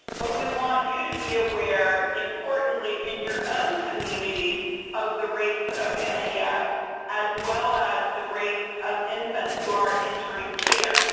but we want you to be aware importantly in your own community of the rates of and nas yeah as well as the rates of infants who are entering care.